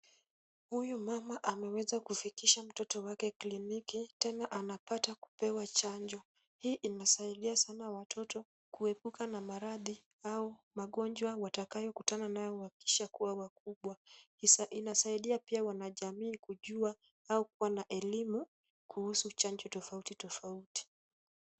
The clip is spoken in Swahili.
Huyu mama ameweza kufikisha mtoto wake kliniki, tena anapata kupewa chanjo. Hii inasaidia sana watoto kuepuka na maradhi au magonjwa watakayokutana nayo wakishakuwa wakubwa. Inasaidia pia wanajamii kujua au kuwa na elimu, kuhusu chanjo tofauti tofauti.